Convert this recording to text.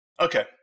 Okay